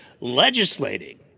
legislating